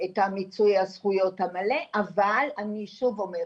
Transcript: מיצוי הזכויות המלא, אבל אני שוב אומרת,